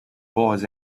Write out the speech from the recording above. boys